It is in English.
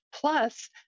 plus